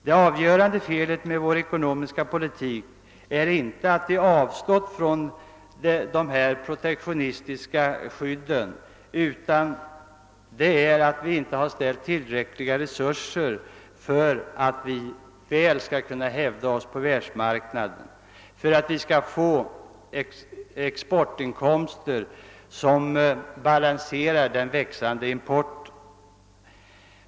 Det avgörande felet med vår ekonomiska politik är inte att vi avstått från detta protektionistiska skydd, utan att vi inte har ställt tillräckliga resurser till förfogande så att vi bättre kan hävda oss på världsmarknaden och därmed få exportinkomster stora nog att betala den växande importen.